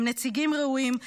עם נציגים ראויים,